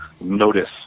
notice